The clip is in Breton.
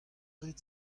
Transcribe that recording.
rit